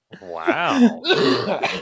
Wow